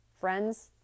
Friends